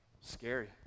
Scary